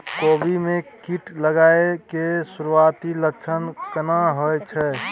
कोबी में कीट लागय के सुरूआती लक्षण केना होय छै